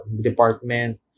department